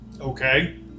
Okay